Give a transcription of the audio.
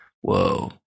whoa